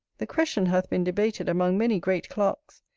the question hath been debated among many great clerks,